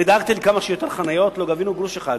אני דאגתי לכמה שיותר חניות, לא גבינו גרוש אחד.